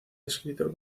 descrito